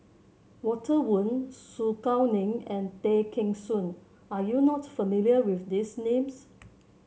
Walter Woon Su Guaning and Tay Kheng Soon Are you not familiar with these names